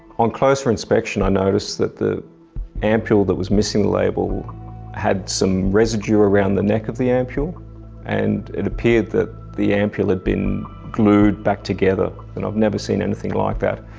on closer inspection i noticed that the ampule that was missing the label had some residue around the neck of the ampule and it appeared that the ampule had been glued back together, and i've never seen anything like that.